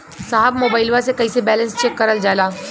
साहब मोबइलवा से कईसे बैलेंस चेक करल जाला?